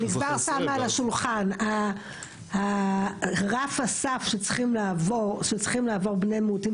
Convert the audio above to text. אני כבר שמה על השולחן: רף הסף שצריכים לעבור בני מיעוטים